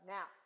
Now